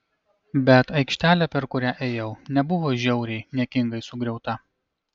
bet aikštelė per kurią ėjau nebuvo žiauriai niekingai sugriauta